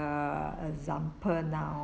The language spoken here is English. uh example now